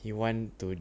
you want to